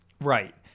Right